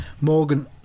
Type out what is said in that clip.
Morgan